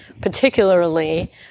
particularly